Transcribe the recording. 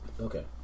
Okay